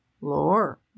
Lore